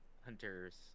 hunter's